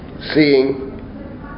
seeing